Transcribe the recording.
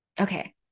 Okay